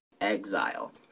exile